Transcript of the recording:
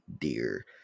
dear